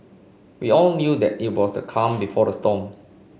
we all knew that it was the calm before the storm